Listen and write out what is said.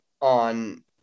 on